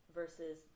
versus